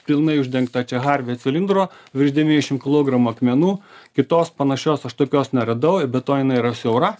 pilnai uždengta čia harvi cilindru virš devyniašim kilogramų akmenų kitos panašios aš tokios neradau i be to jinai yra siaura